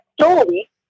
story